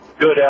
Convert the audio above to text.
Good